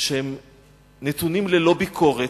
שהם נתונים ללא ביקורת,